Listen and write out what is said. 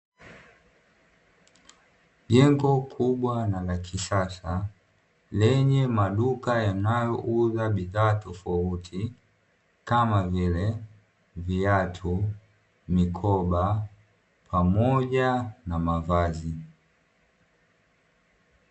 Jengo kubwa na la kisasa lenye maduka yanayouza bidhaa tofauti kama vile viatu, mikoba pamoja na mavazi.